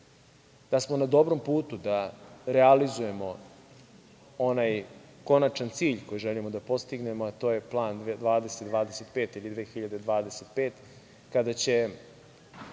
da smo na dobrom putu da realizujemo onaj konačan cilj koji želimo da postignemo, a to je Plan 20/25